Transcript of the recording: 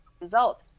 result